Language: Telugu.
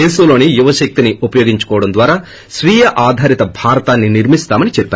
దేశంలోని యువశక్తిని ఉపయోగించుకోవడం ద్వారా స్వీయ ఆధారిత భారతాన్ని నిర్మిస్తామని చెప్పారు